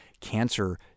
cancer